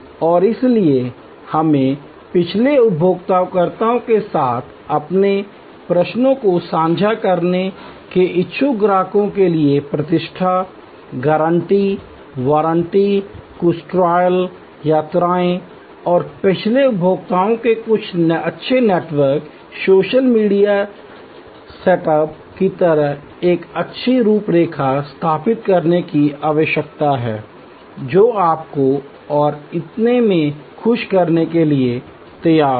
और इसलिए हमें पिछले उपयोगकर्ताओं के साथ अपने प्रश्नों को साझा करने के इच्छुक ग्राहकों के लिए प्रतिष्ठा गारंटी वारंटी कुछ ट्रेल यात्राओं और पिछले उपयोगकर्ताओं के अच्छे नेटवर्क सोशल मीडिया सेटअप की एक अच्छी रूपरेखा स्थापित करने की आवश्यकता है जो आपको और इतने पर खुश करने के लिए तैयार हैं